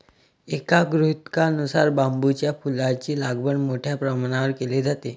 एका गृहीतकानुसार बांबूच्या फुलांची लागवड मोठ्या प्रमाणावर केली जाते